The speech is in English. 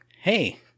hey